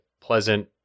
pleasant